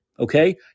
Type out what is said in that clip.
Okay